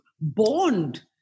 bond